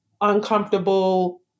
uncomfortable